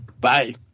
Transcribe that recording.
Bye